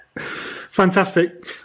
fantastic